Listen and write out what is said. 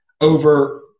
over